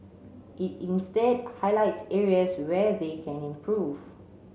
it instead highlights areas where they can improve